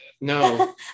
no